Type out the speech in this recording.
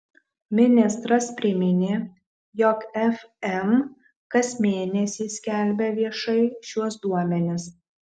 ministras priminė jog fm kas mėnesį skelbia viešai šiuos duomenis